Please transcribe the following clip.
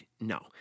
No